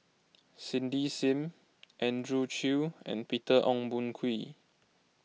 Cindy Sim Andrew Chew and Peter Ong Boon Kwee